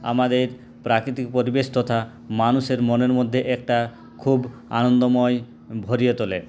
আমাদের প্রাকৃতিক পরিবেশ তথা মানুষের মনের মধ্যে একটা খুব আনন্দময় ভরিয়ে তোলে